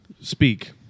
speak